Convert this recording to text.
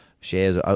shares